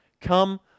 Come